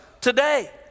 today